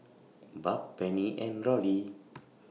Barb Penny and Rollie